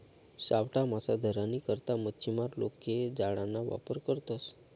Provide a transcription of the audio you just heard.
सावठा मासा धरानी करता मच्छीमार लोके जाळाना वापर करतसं